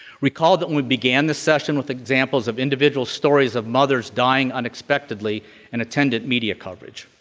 recall that when we began this session with examples of individual stories of mothers dying unexpectedly and attendant media coverage.